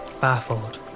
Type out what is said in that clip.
baffled